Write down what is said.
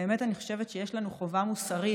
אני חושבת שיש לנו חובה מוסרית,